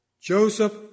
Joseph